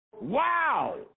Wow